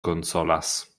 konsolas